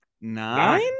nine